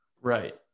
Right